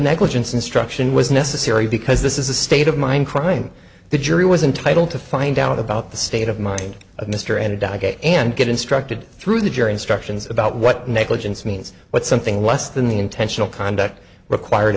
negligence instruction was necessary because this is a state of mind crime the jury was entitled to find out about the state of mind of mr and doug and get instructed through the jury instructions about what negligence means what something less than the intentional conduct required